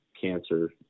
cancer